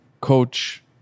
coach